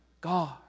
God